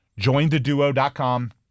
jointheduo.com